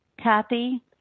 Kathy